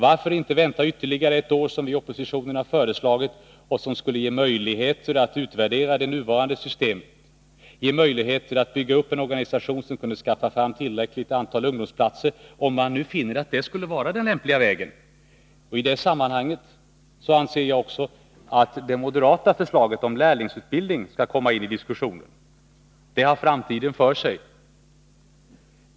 Varför inte vänta ytterligare ett år, som vi i oppositionen har föreslagit, vilket skulle ge möjligheter att utvärdera det nuvarande systemet liksom möjligheter att bygga upp en organisation som kunde skaffa fram tillräckligt antal ungdomsplatser, om man nu finner att det skulle vara den lämpliga vägen? I det sammanhanget vill jag också framhålla att jag anser att det moderata förslaget om lärlingsutbildning skall komma in i diskussionen. Det har framtiden för sig.